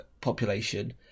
population